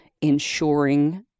ensuring